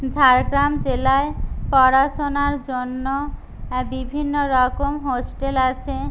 ঝাড়গ্রাম জেলায় পড়াশোনার জন্য বিভিন্ন রকম হোস্টেল আছে